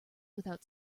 without